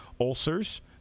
ulcers